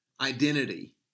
identity